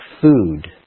food